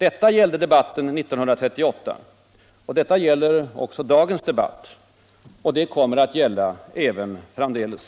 Detta gällde debatten 1938. Detta gäller också dagens debatt. Och det kommer att gälla även framdeles.